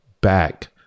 back